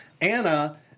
Anna